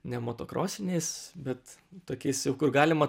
ne motokrosiniais bet tokiais jau kur galima